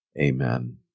Amen